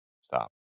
Stop